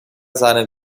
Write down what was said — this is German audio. seinen